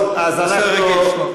נושא רגיש.